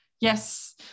Yes